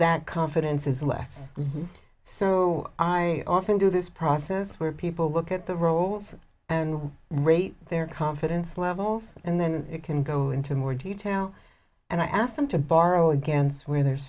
that confidence is less so i often do this process where people look at the roles and rate their confidence levels and then it can go into more detail and i ask them to borrow against where the